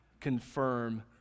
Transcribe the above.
confirm